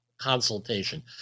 consultation